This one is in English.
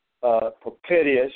propitious